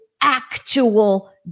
actual